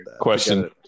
question